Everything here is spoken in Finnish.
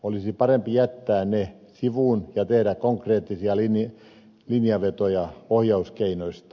olisi parempi jättää ne sivuun ja tehdä konkreettisia linjavetoja ohjauskeinoista